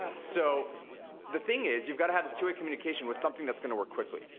ah so the thing is you've gotta have this two-way communication with something that's gonna work quickly.